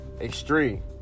Extreme